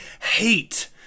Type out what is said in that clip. hate